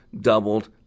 doubled